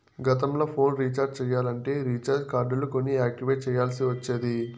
గతంల phone recharge చెయ్యాలంటే recharge కార్డులు కొని యాక్టివేట్ చెయ్యాల్ల్సి ఒచ్చేది